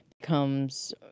becomes